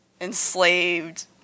enslaved